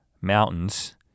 Mountains